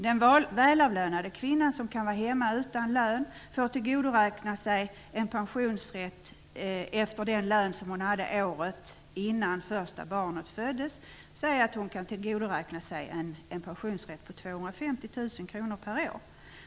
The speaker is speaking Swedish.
Den välavlönade kvinna som kan vara hemma utan lön får tillgodoräkna sig en pensionsrätt efter den lön som hon hade året innan första barnet föddes. Säg att hon kan tillgodoräkna sig en pensionsrätt på 250 000 kr per år.